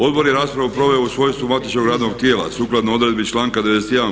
Odbor je raspravu proveo u svojstvu matičnog radnog tijela sukladno odredbi članka 91.